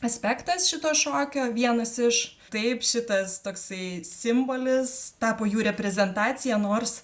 aspektas šito šokio vienas iš taip šitas toksai simbolis tapo jų reprezentacija nors